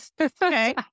Okay